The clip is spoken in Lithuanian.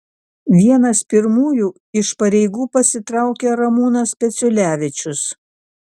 vienas pirmųjų iš pareigų pasitraukė ramūnas peciulevičius